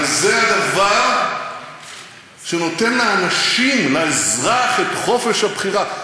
וזה הדבר שנותן לאנשים, לאזרח, את חופש הבחירה.